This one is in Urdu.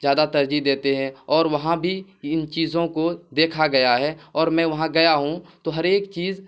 زیادہ ترجیح دیتے ہیں اور وہاں بھی ان چیزوں کو دیکھا گیا ہے اور میں وہاں گیا ہوں تو ہر ایک چیز